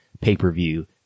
pay-per-view